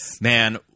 Man